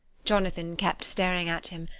jonathan kept staring at him,